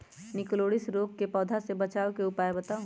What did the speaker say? निककरोलीसिस रोग से पौधा के बचाव के उपाय बताऊ?